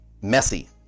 messy